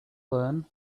learn